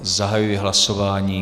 Zahajuji hlasování.